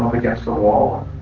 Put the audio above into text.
against the wall